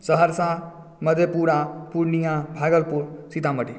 Saharsa Madhepura Purnia Bhagalpur Sitamarhi